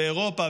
באירופה,